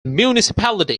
municipality